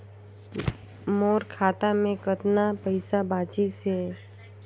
मोर खाता मे कतना पइसा बाचिस हे?